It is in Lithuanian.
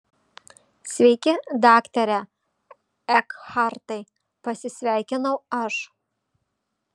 sveiki daktare ekhartai pasisveikinau aš